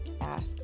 ask